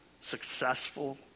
successful